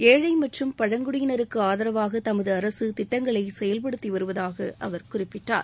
ஏழை மற்றும் பழங்குடியினருக்கு ஆதரவாக தமது அரசு திட்டங்களை செயல்படுத்தி வருவதாக அவர் குறிப்பிட்டார்